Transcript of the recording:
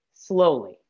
slowly